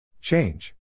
Change